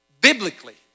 biblically